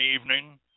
evening